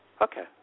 Okay